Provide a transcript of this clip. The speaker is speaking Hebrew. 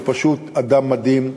שהוא פשוט אדם מדהים,